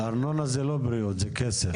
ארנונה זה לא בריאות זה כסף.